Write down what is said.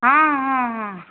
ହଁ ହଁ ହଁ